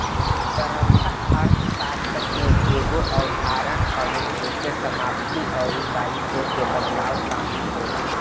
तरलता अर्थशास्त्र कअ एगो अवधारणा हवे जेसे समाप्ति अउरी दायित्व के बदलाव शामिल होला